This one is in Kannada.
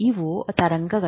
ಇವು ತರಂಗಗಳು